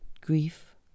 Grief